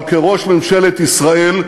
אבל כראש ממשלת ישראל,